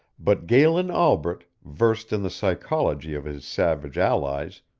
but galen albret, versed in the psychology of his savage allies,